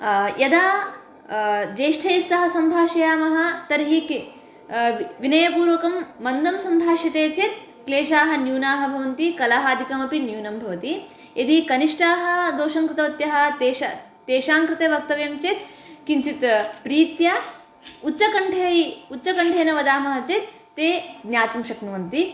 यदा ज्येष्ठैः सह सम्भाषयामः तर्हि विनयपूर्वकं मन्दं सम्भाष्यते चेत् क्लेशाः न्यूनाः भवन्ति कलहादिकमपि न्यूनं भवति यदि कनिष्ठाः दोषं कृतवत्यः तेषा तेषां कृते वक्तव्यं चेत् किञ्चित् प्रीत्या उच्चकण्ठै उच्चकण्ठेन वदामः चेत् ते ज्ञातुं शक्नुवन्ति